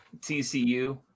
TCU